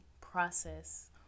process